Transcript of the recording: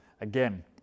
again